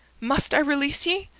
must i release ye?